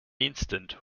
instant